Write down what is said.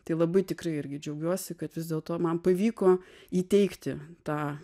tai labai tikrai irgi džiaugiuosi kad vis dėlto man pavyko įteikti tą